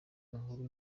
inkuru